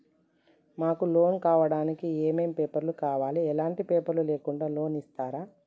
మాకు లోన్ కావడానికి ఏమేం పేపర్లు కావాలి ఎలాంటి పేపర్లు లేకుండా లోన్ ఇస్తరా?